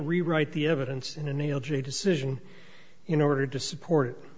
rewrite the evidence in a nailed a decision in order to support